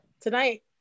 tonight